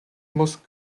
muss